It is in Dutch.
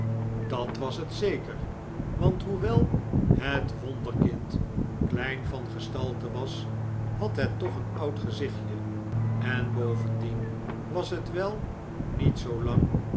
dat was het zeker want hoewel het kennismaking met het j gezelschap wonderkind klein van gestalte was had het toch een oud gezichtje en bovendien was het wel niet